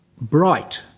bright